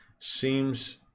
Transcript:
seems